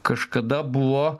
kažkada buvo